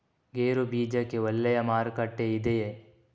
ಗೇರು ಬೀಜಕ್ಕೆ ಒಳ್ಳೆಯ ಮಾರುಕಟ್ಟೆ ಇದೆಯೇ?